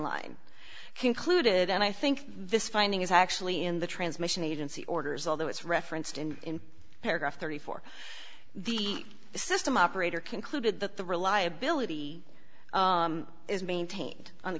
line concluded and i think this finding is actually in the transmission agency orders although it's referenced in paragraph thirty four the system operator concluded that the reliability is maintained on the